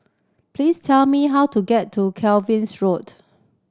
please tell me how to get to Cavans Road